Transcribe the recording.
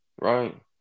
right